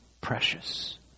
precious